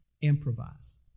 improvise